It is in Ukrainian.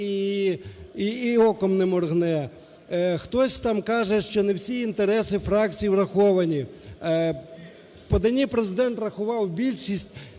і оком не моргне. Хтось там каже, що не всі інтереси фракцій враховані. У поданні Президент врахував більшість